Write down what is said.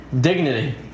dignity